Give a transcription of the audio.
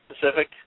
Pacific